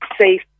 safe